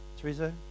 Teresa